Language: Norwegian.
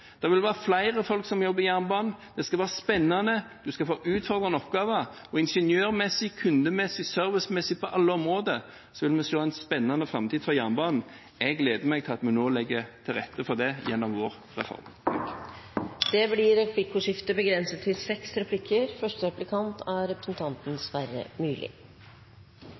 Det vil være flere folk som jobber i jernbanen, det skal være spennende, en skal få utfordrende oppgaver, og ingeniørmessig, kundemessig, servicemessig og på alle områder vil vi se en spennende framtid for jernbanen. Jeg gleder meg til at vi nå legger til rette for det gjennom vår reform. Det blir